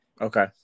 okay